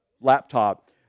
laptop